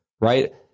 Right